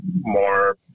more